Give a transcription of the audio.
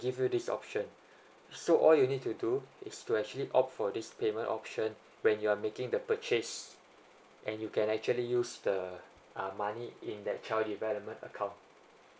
give you this option so all you need to do is to actually opt for this payment option when you are making the purchase and you can actually use the uh money in their child development account